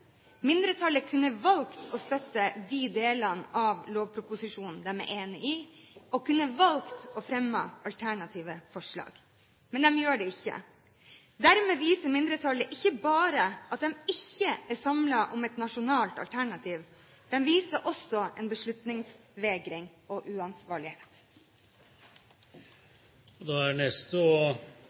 mindretallet ikke. Mindretallet kunne valgt å støtte de delene av lovproposisjonen de er enig i, og kunne valgt å fremme alternative forslag. Men de gjør det ikke. Dermed viser mindretallet ikke bare at de ikke er samlet om et nasjonalt alternativ. De viser også en beslutningsvegring og uansvarlighet. Jeg vil også få takke for en lang og bred og